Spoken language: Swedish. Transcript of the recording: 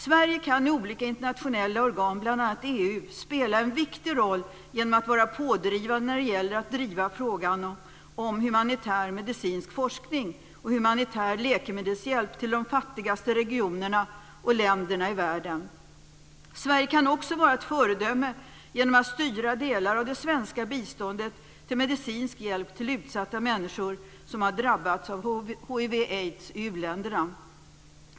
Sverige kan i olika internationella organ, bl.a. i EU, spela en viktig roll genom att vara pådrivande i fråga om humanitär medicinsk forskning och humanitär läkemedelshjälp till de fattigaste regionerna och länderna i världen. Sverige kan också vara ett föredöme genom att styra delar av det svenska biståndet till medicinsk hjälp till utsatta människor som har drabbats av hiv/aids i u-länderna.